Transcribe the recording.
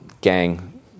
Gang